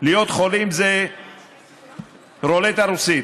להיות חולים זה רולטה רוסית.